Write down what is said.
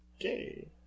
Okay